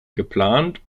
geplant